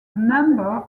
number